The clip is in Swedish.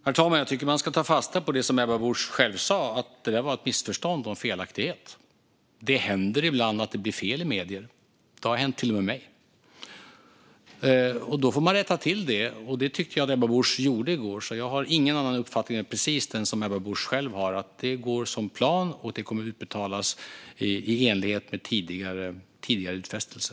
Herr talman! Jag tycker att man ska ta fasta på det som Ebba Busch själv sa, att det där var ett missförstånd och en felaktighet. Det händer ibland att det blir fel i medier - det har till och med hänt mig - och då får man rätta till det. Det tycker jag att Ebba Busch gjorde i går. Jag har alltså ingen annan uppfattning än precis den Ebba Busch själv har, nämligen att det går enligt plan och att det kommer utbetalningar i enlighet med tidigare utfästelser.